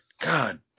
God